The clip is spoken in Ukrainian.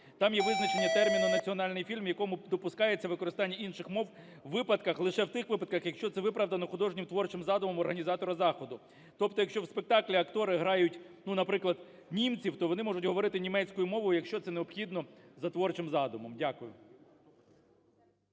там є визначення терміну "національний фільм", в якому допускається використання інших мов у випадках лише в тих випадках, якщо це виправдано художнім творчим задумом організатора заходу. Тобто в спектаклі актори грають, ну, наприклад, німців, то вони можуть говорити німецькою мовою, якщо це необхідно за творчим задумом. Дякую.